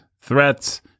threats